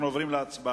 אנחנו עוברים להצבעה.